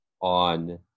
on